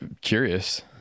curious